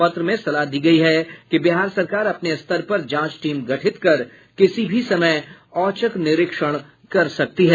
पत्र में सलाह दी गयी है कि बिहार सरकार अपने स्तर पर जांच टीम गठित कर किसी भी समय औचक निरीक्षण कर सकती है